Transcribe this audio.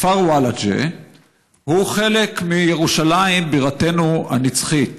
הכפר ולג'ה הוא חלק מירושלים בירתנו הנצחית,